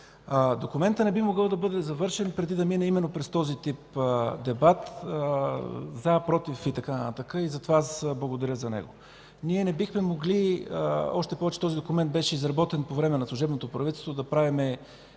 Документът не би могъл да бъде завършен преди да мине именно през този тип дебат „за”, „против” и така нататък. Затова аз благодаря за него. Ние не бихме могли, още повече, че този документ беше изработен по време на служебното правителство, да правим